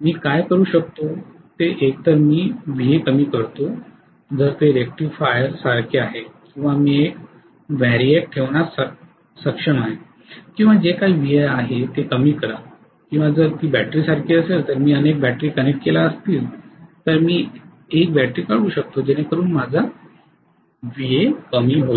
मी काय करू शकतो ते एकतर मी Va कमी करतो जर ते रेक्टिफायर सारखे आहे किंवा मी एक वरियाक ठेवण्यास सक्षम आहे किंवा जे काही Va आहे ते कमी करा किंवा जर ती बॅटरीसारखी असेल तर मी अनेक बॅटरी कनेक्ट केल्या असतील तर मी एक बॅटरी काढू शकतो जेणेकरून Va कमी होईल